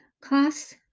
Costs